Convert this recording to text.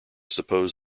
supposed